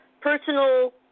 personal